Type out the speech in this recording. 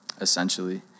essentially